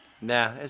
Nah